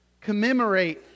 commemorate